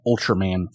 Ultraman